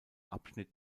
abschnitt